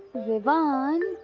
vivaan.